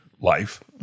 life